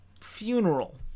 funeral